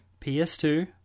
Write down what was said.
PS2